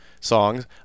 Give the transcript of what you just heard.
songs